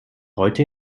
heute